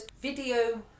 video